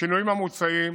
השינויים המוצעים